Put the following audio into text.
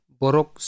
borok